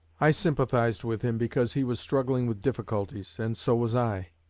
i sympathized with him because he was struggling with difficulties, and so was i.